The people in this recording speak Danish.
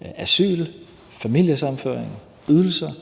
asyl, familiesammenføring og ydelser